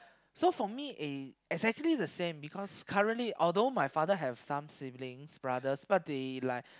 so for me is exactly the same because currently although my father have some siblings brothers but they like